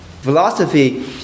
Philosophy